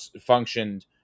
functioned